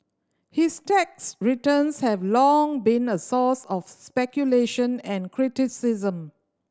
his tax returns have long been a source of speculation and criticism